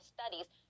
Studies